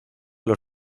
los